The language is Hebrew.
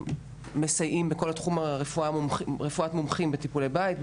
שמסייעים בכל תחום רפואת המומחים בטיפולי בית,